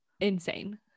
insane